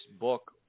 book